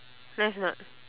nice or not